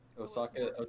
Osaka